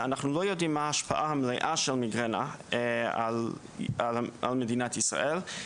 אנחנו לא יודעים מה ההשפעה המלאה של מיגרנה על מדינת ישראל.